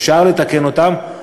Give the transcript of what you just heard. אפשר לתקן אותן,